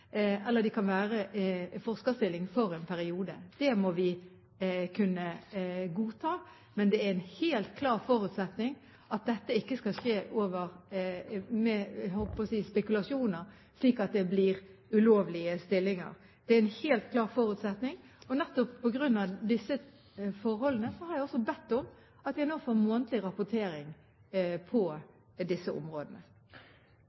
eller det kan være en forskerstilling for en periode. Det må vi kunne godta, men det er en helt klar forutsetning at dette ikke skal skje – jeg holdt på å si – med spekulasjoner, slik at det blir ulovlige stillinger. Det er en helt klar forutsetning. Nettopp på grunn av disse forholdene har jeg nå bedt om å få månedlig rapportering på